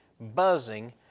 buzzing